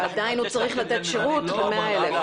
ועדיין הוא צריך לתת שירות לכ-100,000.